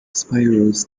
spirals